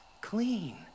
clean